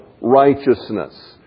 righteousness